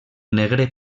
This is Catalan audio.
negre